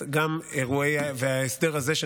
ההסדר הזה,